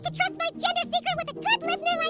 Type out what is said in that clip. but trust my gender secret with a good listener